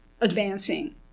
advancing